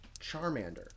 Charmander